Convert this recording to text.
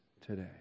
today